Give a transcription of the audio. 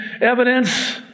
Evidence